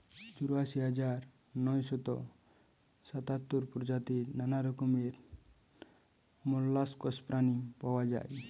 চুরাশি হাজার নয়শ সাতাত্তর প্রজাতির নানা রকমের মোল্লাসকস প্রাণী পাওয়া যায়